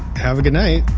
have a good night